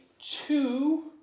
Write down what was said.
two